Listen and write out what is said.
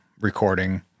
recording